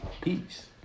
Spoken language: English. Peace